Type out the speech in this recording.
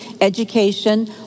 education